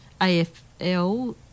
AFL